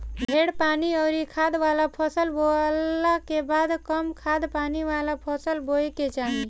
ढेर पानी अउरी खाद वाला फसल बोअला के बाद कम खाद पानी वाला फसल बोए के चाही